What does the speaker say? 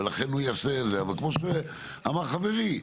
אבל כמו שאמר חברי,